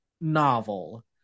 novel